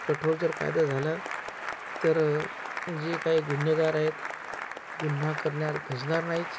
कठोर जर कायदा झाला तर जे काही गुन्हेगार आहेत गुन्हा करण्यास धजणार नाही